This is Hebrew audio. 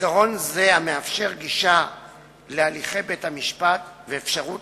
עיקרון זה, המאפשר גישה להליכי בית-המשפט ואפשרות